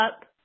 up